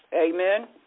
Amen